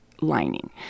lining